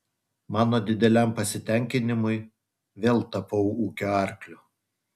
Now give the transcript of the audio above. mano dideliam pasitenkinimui vėl tapau ūkio arkliu